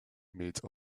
made